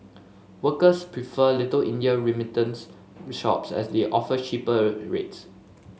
workers prefer Little India remittance shops as they offer cheaper rates